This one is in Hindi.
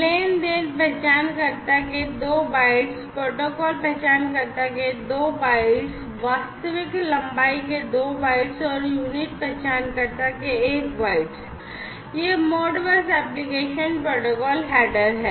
लेन देन पहचानकर्ता के 2 bytes प्रोटोकॉल पहचानकर्ता के 2 bytes वास्तविक लंबाई के 2 bytes और यूनिट पहचानकर्ता के 1 bytes यह मोडबस एप्लिकेशन प्रोटोकॉल हेडर है